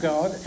God